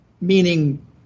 meaning